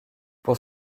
pour